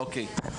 אוקיי.